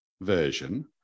version